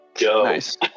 Nice